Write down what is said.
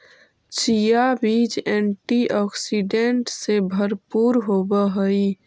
chia बीज antioxidant से भरपूर होवअ हई